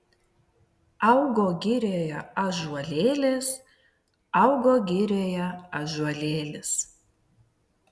augo girioje ąžuolėlis augo girioje ąžuolėlis